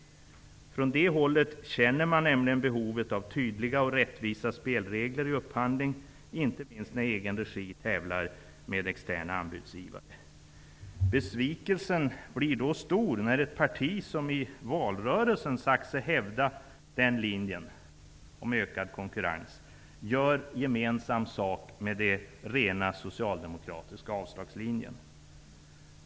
Från det hållet känner man nämligen behovet av tydliga och rättvisa spelregler i upphandling, inte minst när egen regi tävlar med externa anbudsgivare. Besvikelsen är då stor när ett parti, som i valrörelsen sagt sig hävda linjen om ökad konkurrens, gör gemensam sak med den rena, socialdemokratiska avslagslinjen.